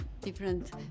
different